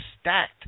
stacked